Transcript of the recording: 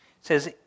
says